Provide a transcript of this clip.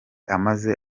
amaze